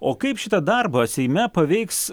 o kaip šitą darbą seime paveiks